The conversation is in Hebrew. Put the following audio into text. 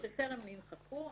שטרם נמחקו,